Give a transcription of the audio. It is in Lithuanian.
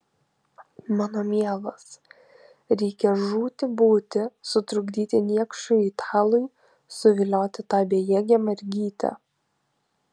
mano mielas reikia žūti būti sutrukdyti niekšui italui suvilioti tą bejėgę mergytę